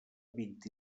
vint